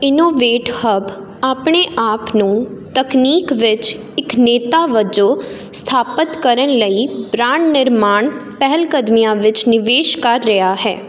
innovate Hub ਆਪਣੇ ਆਪ ਨੂੰ ਤਕਨੀਕ ਵਿੱਚ ਇੱਕ ਨੇਤਾ ਵਜੋਂ ਸਥਾਪਤ ਕਰਨ ਲਈ ਬ੍ਰਾਂਡ ਨਿਰਮਾਣ ਪਹਿਲਕਦਮੀਆਂ ਵਿੱਚ ਨਿਵੇਸ਼ ਕਰ ਰਿਹਾ ਹੈ